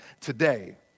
today